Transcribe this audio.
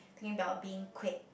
thinking about being quick